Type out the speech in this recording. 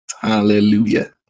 Hallelujah